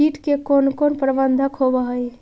किट के कोन कोन प्रबंधक होब हइ?